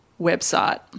website